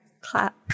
Clap